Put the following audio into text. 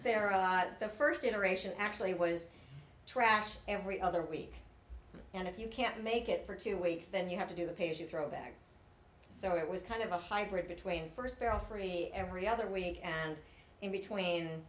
a lot the first generation actually was trashed every other week and if you can't make it for two weeks then you have to do the pay as you throw back so it was kind of a hybrid between first bell free every other weekend in between